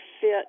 Fit